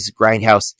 grindhouse